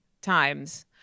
times